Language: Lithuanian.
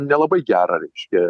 nelabai gerą reiškia